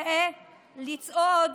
זה לצעוד